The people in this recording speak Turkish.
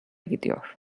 gidiyor